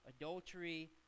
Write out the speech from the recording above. adultery